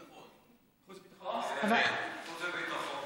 חוץ וביטחון.